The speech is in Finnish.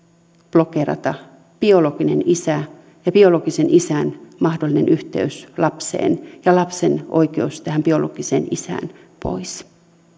blokeerata pois biologinen isä ja biologisen isän mahdollinen yhteys lapseen ja lapsen oikeus tähän biologiseen isään